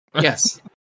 Yes